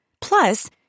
Plus